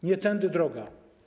Nie tędy droga.